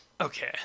okay